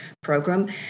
program